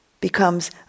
becomes